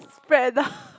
spread out